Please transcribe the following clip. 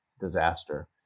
Disaster